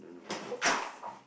okay